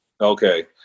Okay